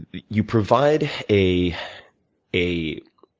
but you provide a a